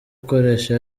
ukoresha